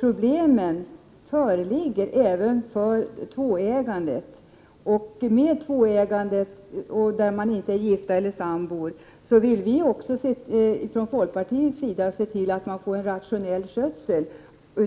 Problemet föreligger även för tvåägandet. I fråga om tvåägandet, där personerna inte är gifta eller sambor, vill folkpartiet se till att det blir en rationell skötsel